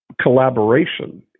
collaboration